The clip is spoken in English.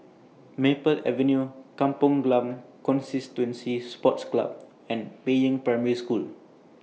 Maple Avenue Kampong Glam Constituency Sports Club and Peiying Primary School